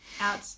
out